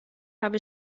habe